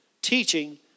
Teaching